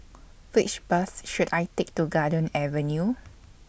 Which Bus should I Take to Garden Avenue